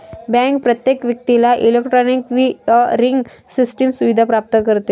bank प्रत्येक व्यक्तीला electronic clearing system सुविधा प्रदान करते